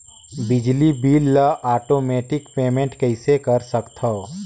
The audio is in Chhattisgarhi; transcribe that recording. बिजली बिल ल आटोमेटिक पेमेंट कइसे कर सकथव?